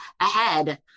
ahead